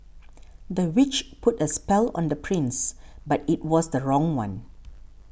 the witch put a spell on the prince but it was the wrong one